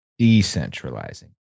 decentralizing